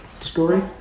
story